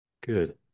Good